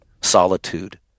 solitude